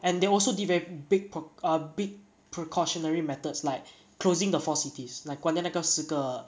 and they also did very big precau~ uh big precautionary methods like closing the four cities like 关键那个四个